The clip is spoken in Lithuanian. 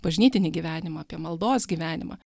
bažnytinį gyvenimą apie maldos gyvenimą